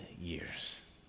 years